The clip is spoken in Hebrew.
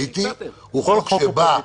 כל חוק הוא פוליטי.